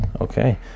Okay